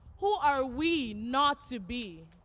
who are we not to be?